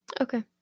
Okay